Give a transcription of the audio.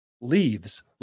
leaves